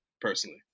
personally